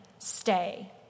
Stay